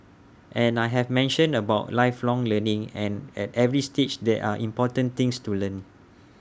and I have mentioned about lifelong learning and at every stage there are important things to learn